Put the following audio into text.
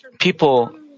people